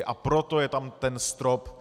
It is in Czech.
A proto je tam ten strop.